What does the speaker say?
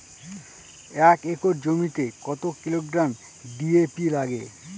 এক একর জমিতে কত কিলোগ্রাম ডি.এ.পি লাগে?